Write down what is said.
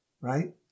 right